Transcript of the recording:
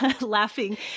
laughing